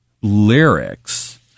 lyrics